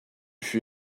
fut